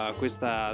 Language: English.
questa